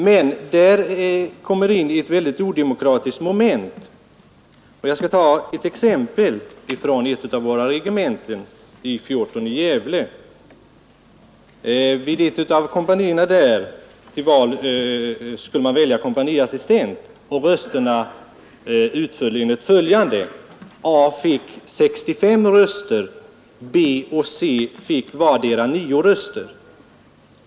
Men där kommer in ett väldigt odemokratiskt moment. Jag skall ta ett exempel från ett av våra regementen, I 14 i Gävle. Vid ett av kompanierna där skulle man välja kompaniassistent, och röstningen utföll enligt följande: A fick 65 röster, B och C fick vardera 9 röster.